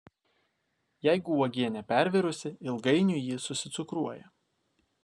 jeigu uogienė pervirusi ilgainiui ji susicukruoja